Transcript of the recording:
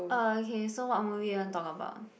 uh okay so what movie you want to talk about